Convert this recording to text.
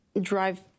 drive